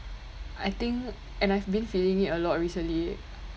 I think and I've been feeling it a lot recently